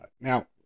Now